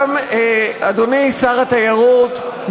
אדוני שר התיירות,